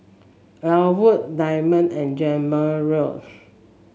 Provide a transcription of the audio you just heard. Ellwood Dema and Jamarion